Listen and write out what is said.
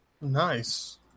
Nice